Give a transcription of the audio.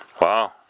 wow